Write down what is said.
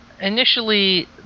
initially